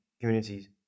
communities